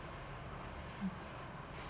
ah